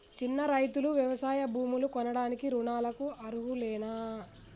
చిన్న రైతులు వ్యవసాయ భూములు కొనడానికి రుణాలకు అర్హులేనా?